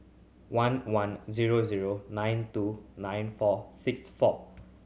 one one zero zero nine two nine four six four